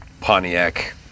Pontiac